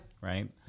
right